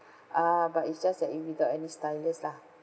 ah but it's just that it without any stylus lah